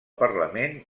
parlament